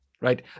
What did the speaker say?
right